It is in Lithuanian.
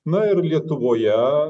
na ir lietuvoje